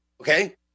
Okay